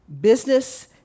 Business